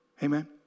Amen